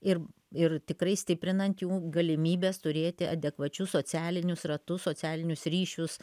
ir ir tikrai stiprinant jų galimybes turėti adekvačius socialinius ratus socialinius ryšius